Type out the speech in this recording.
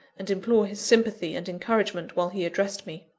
and implore his sympathy and encouragement while he addressed me.